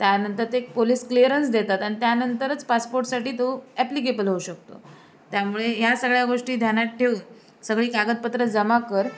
त्यानंतर ते police clearance देतात आणि त्यानंतरच पासपोर्टसाठी तू ॲप्लिकेबल होऊ शकतो त्यामुळे ह्या सगळ्या गोष्टी ध्यानात ठेऊन सगळी कागदपत्र जमा कर